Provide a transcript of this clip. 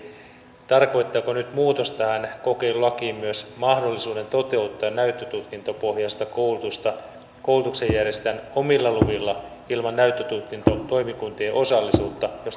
eli tarkoittaako nyt muutos tähän kokeilulakiin myös mahdollisuutta toteuttaa näyttötutkintopohjaista koulutusta koulutuksen järjestäjän omilla luvilla ilman näyttötutkintotoimikuntien osallisuutta jos tarkoitetaan hyvää